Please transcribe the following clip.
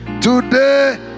Today